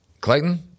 Clayton